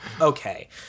okay